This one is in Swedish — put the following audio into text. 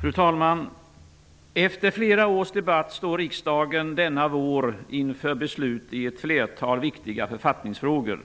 Fru talman! Efter flera års debatt står riksdagen denna vår inför beslut i ett flertal viktiga författningsfrågor.